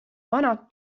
vanad